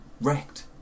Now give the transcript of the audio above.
wrecked